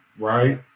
right